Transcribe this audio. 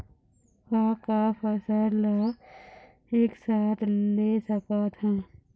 का का फसल ला एक साथ ले सकत हन?